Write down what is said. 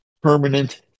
permanent